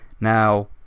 Now